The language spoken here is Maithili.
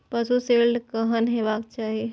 पशु शेड केहन हेबाक चाही?